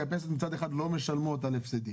כי הפנסיות מצד אחד לא משלמות מס,